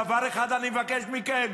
דבר אחד אני מבקש מכם,